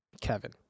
Kevin